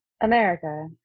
America